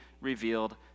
revealed